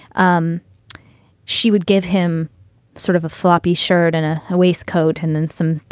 um she would give him sort of a floppy shirt and ah a waistcoat and then some,